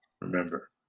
remember